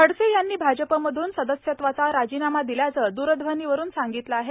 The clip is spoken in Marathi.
खडसे यांनी भाजपामधून सदस्यत्वाचा राजीनामा दिल्याचं दुरध्वनीवरून सांगितलं आहे